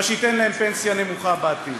מה שייתן להם פנסיה נמוכה בעתיד.